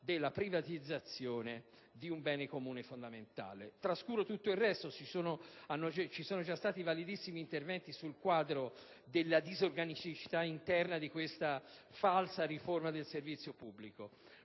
della privatizzazione di un bene comune fondamentale. Trascuro altre questioni, anche perché vi sono già stati specifici, validissimi interventi, sul quadro della disorganicità interna di questa falsa riforma del servizio pubblico,